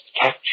catch